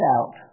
out